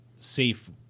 Safe